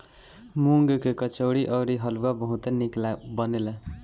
मूंग के कचौड़ी अउरी हलुआ बहुते निक बनेला